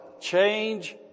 change